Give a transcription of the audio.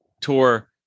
Tour